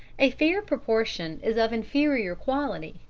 a fair proportion is of inferior quality,